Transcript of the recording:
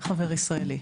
חבר ישראלי.